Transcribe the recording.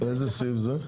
איזה סעיף זה?